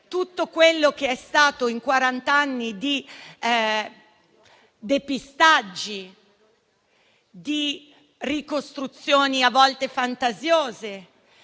tutto quello che c'è stato in quarant'anni di depistaggi, di ricostruzioni a volte fantasiose,